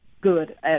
good